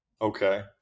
Okay